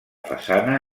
façana